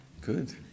Good